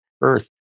earth